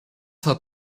hat